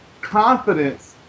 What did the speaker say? confidence